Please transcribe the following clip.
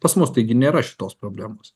pas mus taigi nėra šitos problemos